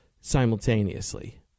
simultaneously